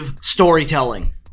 storytelling